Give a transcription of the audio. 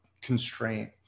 constraint